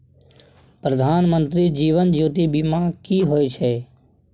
प्रधानमंत्री जीवन ज्योती बीमा की होय छै?